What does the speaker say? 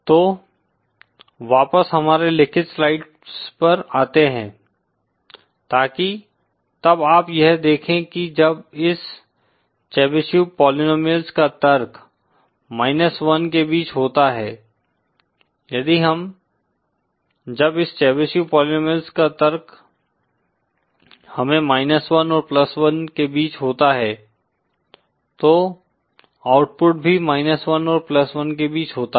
तो वापस हमारे लिखित स्लाइड्स पर आते हैं ताकि तब आप यह देखें कि जब इस चेबीशेव पॉलिनॉमिअल्स का तर्क माइनस वन के बीच होता है यदि हम जब इस चेबीशेव पॉलिनॉमिअल्स का तर्क हमें माइनस वन और प्लस वन के बीच होता है तो आउटपुट भी माइनस वन और प्लस वन के बीच होता है